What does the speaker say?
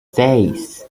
seis